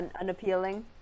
unappealing